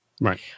Right